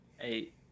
Eight